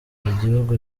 igihugu